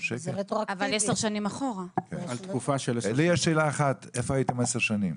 לי יש שאלה אחת, איפה הייתם עשר שנים?